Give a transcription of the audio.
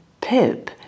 Pip